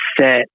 set